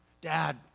Dad